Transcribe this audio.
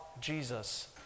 Jesus